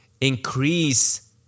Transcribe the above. increase